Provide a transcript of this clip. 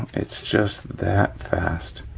it's just that fast.